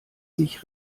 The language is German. sich